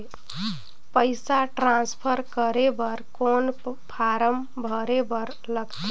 पईसा ट्रांसफर करे बर कौन फारम भरे बर लगथे?